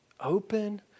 Open